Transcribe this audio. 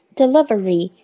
delivery